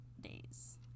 days